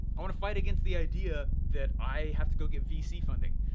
i wanna fight against the idea that i have to go get vc funding.